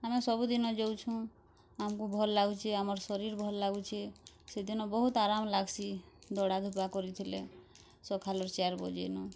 ଆମେ୍ ସବୁ ଦିନ୍ ଯୋଉଛୁଁ ଆମକୁ ଭଲ୍ ଲାଗୁଛି ଆମର୍ ଶରୀର୍ ଭଲ୍ ଲାଗୁଛି ସେଦିନ୍ ବହୁତ ଆରାମ୍ ଲାଗଶି ଦୌଡ଼ା ଧୂପା କରିଥିଲେ ସଖାଲୁ ଚାର୍ ବଜେନୁ